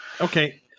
Okay